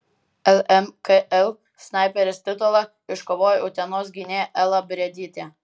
lmkl snaiperės titulą iškovojo utenos gynėja ela briedytė